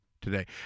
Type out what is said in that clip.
today